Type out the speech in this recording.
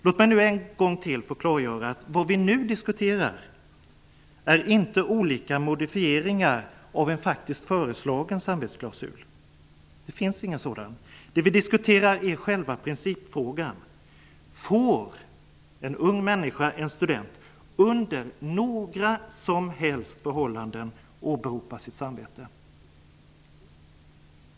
Låt mig än en gång klargöra att det vi nu diskuterar inte är olika modifieringar av en faktiskt föreslagen samvetsklausul -- det finns ingen sådan -- utan själva principfrågan: Får en ung människa/en student under några som helst förhållanden åberopa sitt samvete?